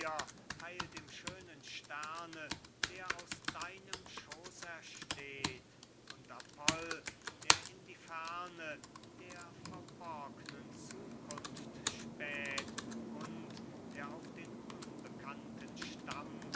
heil dem schönen sterne der aus deinem schooß ersteht und apoll der in der ferne der verborgnen zukunft späht und der auf den unbekannten stamm